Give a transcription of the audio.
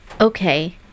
Okay